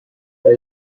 that